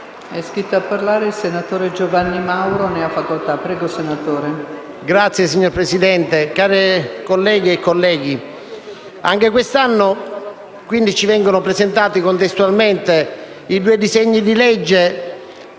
MPL))*. Signora Presidente, colleghe, colleghi, anche quest'anno ci vengono presentati contestualmente i due disegni di legge